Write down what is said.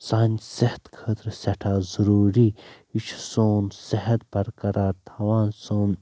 سانہِ صحتہٕ خٲطرٕ سٮ۪ٹھاہ ضروٗری یہِ چھُ سون صحت برقرار تھاوان سون